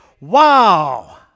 wow